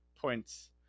points